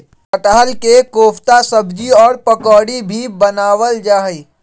कटहल के कोफ्ता सब्जी और पकौड़ी भी बनावल जा हई